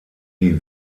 die